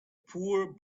poor